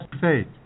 faith